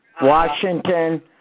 Washington